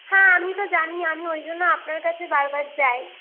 হ্যাঁ আমি তো জানি আমি ওই জন্য আপনার কাছে বারবার যাই